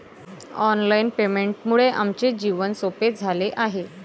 online पेमेंटमुळे आमचे जीवन सोपे झाले आहे